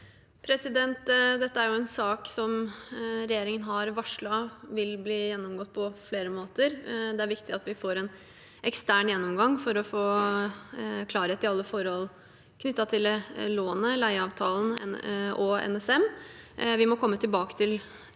Dette er en sak som regjeringen har varslet vil bli gjennomgått på flere måter. Det er viktig at vi får en ekstern gjennomgang for å få klarhet i alle forhold knyttet til lånet, leieavtalen og NSM. Vi må komme tilbake til en